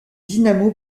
dinamo